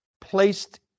placed